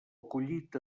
acollit